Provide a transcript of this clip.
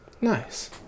Nice